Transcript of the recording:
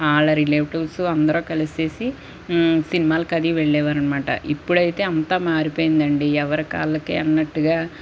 ఆళ్ళా రిలేటివ్సో అందరు కల్సేసి సినిమాల కదీ వెళ్ళేవారనమాట ఇప్పుడైతే అంతా మారిపోయిందండి ఎవరికాళ్ళకే అనట్టుగా